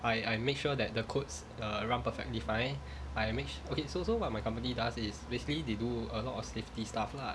I I make sure that the codes err run perfectly fine by image okay so so what my company does is basically they do a lot of safety stuff lah